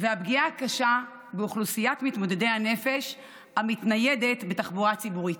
והפגיעה הקשה באוכלוסיית מתמודדי הנפש המתניידת בתחבורה ציבורית.